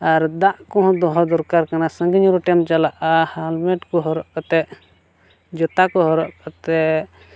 ᱟᱨ ᱫᱟᱜ ᱠᱚᱦᱚᱸ ᱫᱚᱦᱚ ᱫᱚᱨᱠᱟᱨ ᱠᱟᱱᱟ ᱥᱟᱺᱜᱤᱧ ᱦᱚᱨ ᱛᱮᱢ ᱪᱟᱞᱟᱜᱼᱟ ᱦᱮᱞᱢᱮᱴ ᱠᱚ ᱦᱚᱨᱚᱜ ᱠᱟᱛᱮᱫ ᱡᱩᱛᱟ ᱠᱚ ᱦᱚᱨᱚᱜ ᱠᱟᱛᱮᱫ